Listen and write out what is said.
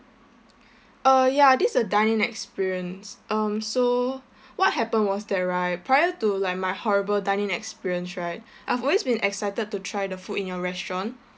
uh ya this is a dine in experience um so what happened was that right prior to like my horrible dining experience right I've always been excited to try the food in your restaurant